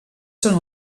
són